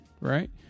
right